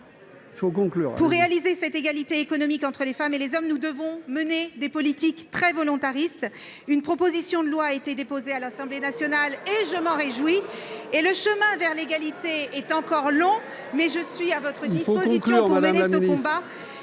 pour réaliser cette égalité économique entre les femmes et les hommes, nous devons mener des politiques très volontaristes. Une proposition de loi a été déposée en ce sens à l'Assemblée nationale, et je m'en réjouis. Le chemin vers l'égalité est encore long, ... Il faut vraiment conclure, madame